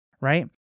right